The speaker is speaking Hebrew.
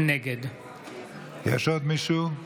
נגד יש עוד מישהו?